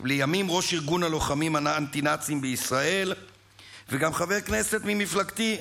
לימים ראש ארגון הלוחמים האנטי-נאצים בישראל וגם חבר כנסת ממפלגתי,